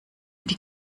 die